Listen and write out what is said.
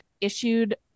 issued